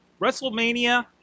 WrestleMania